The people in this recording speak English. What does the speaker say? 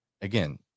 again